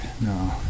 No